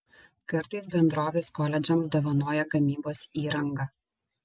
kartais bendrovės koledžams dovanoja gamybos įrangą